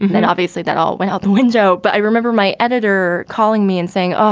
then obviously, that all went out the window. but i remember my editor calling me and saying, oh,